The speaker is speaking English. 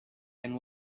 and